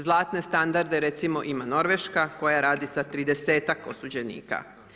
Zlate standarde, recimo ima Norveška koja radi sa 30-ak osuđenika.